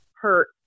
hurt